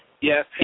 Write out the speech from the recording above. Yes